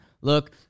look